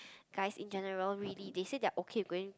guys in general really they say they are okay going